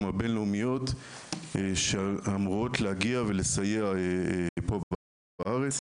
הבין-לאומיות שאמורות להגיע ולסייע פה בארץ.